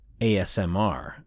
ASMR